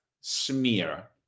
smear